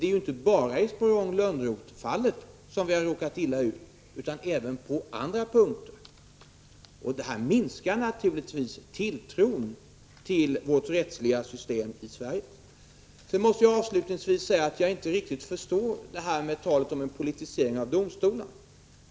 Det är inte bara i Sporrong-Lönnroth-fallet som vi har råkat illa ut utan även i andra sammanhang. Detta minskar naturligtvis tilltron till det rättsliga systemet i Sverige. Jag förstår inte riktigt talet om en politisering av domstolarna.